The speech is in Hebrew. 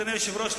אדוני היושב-ראש,